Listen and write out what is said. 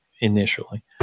initially